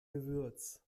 gewürz